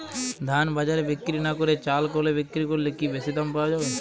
ধান বাজারে বিক্রি না করে চাল কলে বিক্রি করলে কি বেশী দাম পাওয়া যাবে?